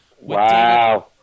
Wow